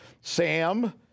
Sam